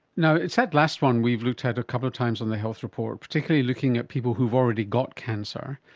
you know it's that last one we've looked at a couple of times on the health report, particularly looking at people who have already got cancer,